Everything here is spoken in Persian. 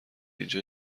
اینجا